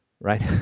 right